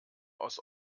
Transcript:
aus